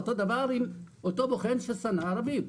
אותו דבר עם אותו בוחן ששנא ערבים,